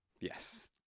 Yes